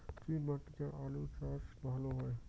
কি মাটিতে আলু চাষ ভালো হয়?